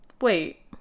wait